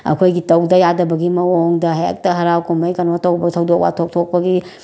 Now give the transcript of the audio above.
ꯑꯩꯈꯣꯏꯒꯤ ꯇꯧꯗ ꯌꯥꯗꯕꯒꯤ ꯃꯑꯣꯡꯗ ꯍꯦꯛꯇ ꯍꯔꯥꯎ ꯀꯨꯝꯍꯩ ꯀꯩꯅꯣ ꯇꯧꯕ ꯊꯧꯗꯣꯛ ꯋꯥꯊꯣꯛ ꯊꯣꯛꯄꯒꯤ